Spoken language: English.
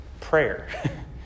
prayer